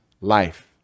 life